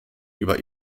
über